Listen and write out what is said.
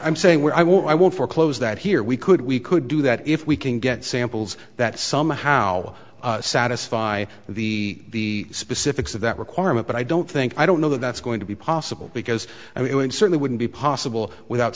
i'm saying well i won't i won't foreclose that here we could we could do that if we can get samples that somehow satisfy the specifics of that requirement but i don't think i don't know that that's going to be possible because i mean it certainly wouldn't be possible without